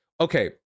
Okay